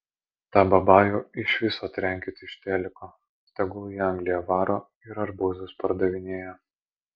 tą babajų iš viso trenkit iš teliko tegul į angliją varo ir arbūzus pardavinėja